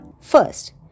First